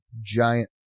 giant